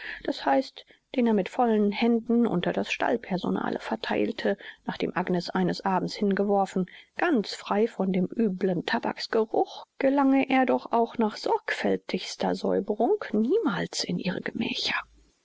daß heißt den er mit vollen händen unter das stallpersonale vertheilte nachdem agnes eines abends hingeworfen ganz frei von dem üblen tabaksgeruch gelange er doch auch nach sorgfältigster säuberung niemals in ihre gemächer